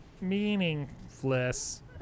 Meaningless